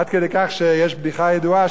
עד כדי כך שיש בדיחה ידועה,